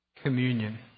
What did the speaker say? communion